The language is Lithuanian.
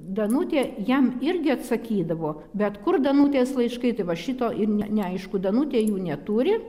danutė jam irgi atsakydavo bet kur danutės laiškai tai va šito ir ne neaišku danutė jų neturi